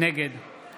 נגד